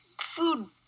food